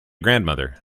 grandmother